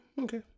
Okay